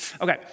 Okay